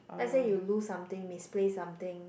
let's say you lose something misplace something